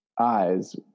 eyes